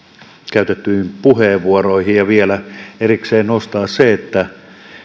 käytettyihin puheenvuoroihin ja vielä erikseen nostaa se